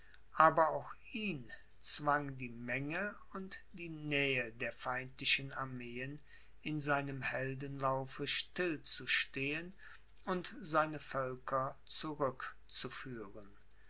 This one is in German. aber auch ihn zwang die menge und die nähe der feindlichen armeen in seinem heldenlaufe still zu stehen und seine völker